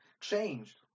changed